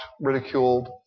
ridiculed